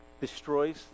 destroys